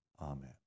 Amen